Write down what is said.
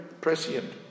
prescient